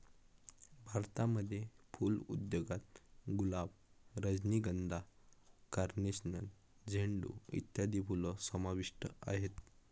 भारतामध्ये फुल उद्योगात गुलाब, रजनीगंधा, कार्नेशन, झेंडू इत्यादी फुलं समाविष्ट आहेत